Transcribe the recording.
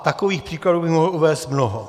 A takových příkladů bych mohl uvést mnoho.